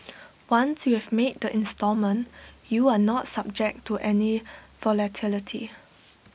once you have made the instalment you are not subject to any volatility